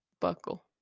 Buckle